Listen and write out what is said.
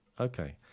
okay